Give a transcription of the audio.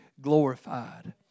glorified